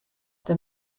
the